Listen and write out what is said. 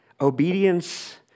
Obedience